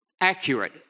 accurate